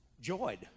joyed